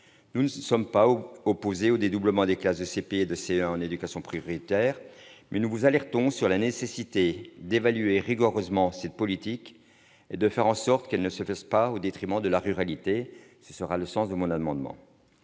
Nous ne sommes pas opposés au dédoublement des classes de CP et de CE1 en éducation prioritaire, mais nous vous alertons sur la nécessité d'évaluer rigoureusement cette politique et de faire en sorte qu'elle ne se fasse pas au détriment de la ruralité. Ce sera le sens de l'amendement